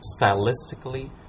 stylistically